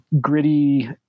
gritty